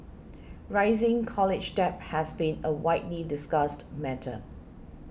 rising college debt has been a widely discussed matter